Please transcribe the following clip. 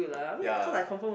ya